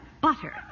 butter